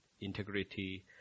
integrity